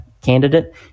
candidate